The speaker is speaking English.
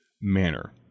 manner